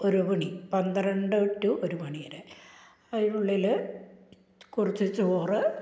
ഒരു മണി പന്ത്രണ്ട് ടു ഒരു മണി വരെ അതിനുളളിൽ കുറച്ചു ചോറ്